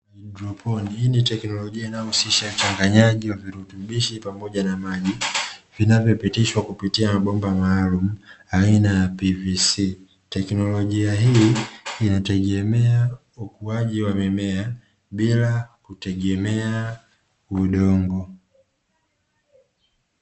Haidroponi hii ni teknolojia inayohusisha uchangaji wa virutubishi pamoja na maji, vinavyopitishwa kupitia mabomba maalumu aina ya 'PVC'. Teknolojia hii inategemea ukuaji wa mimea bila kutegemea udongo.